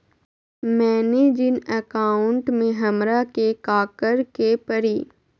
मैंने जिन अकाउंट में हमरा के काकड़ के परी?